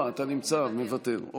אתה נמצא, מוותר.